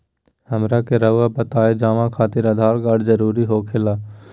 हमरा के रहुआ बताएं जमा खातिर आधार कार्ड जरूरी हो खेला?